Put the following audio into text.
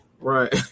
Right